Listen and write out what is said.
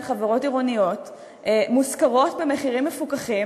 חברות עירוניות ומושכרות במחירים מפוקחים?